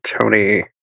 Tony